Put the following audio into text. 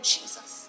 Jesus